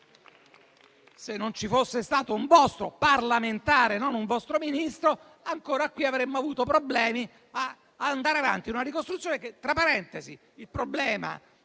Se non ci fosse stato un vostro parlamentare, non un vostro Ministro, ancora qui avremmo avuto problemi a mandare avanti